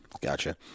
Gotcha